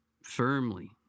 firmly